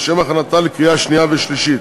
לשם הכנתה לקריאה שנייה ושלישית.